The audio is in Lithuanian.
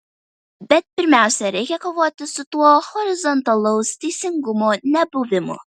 bet pirmiausia reikia kovoti su tuo horizontalaus teisingumo nebuvimu